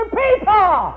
people